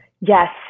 Yes